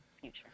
future